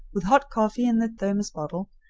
with hot coffee in the thermos bottle,